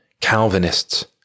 Calvinists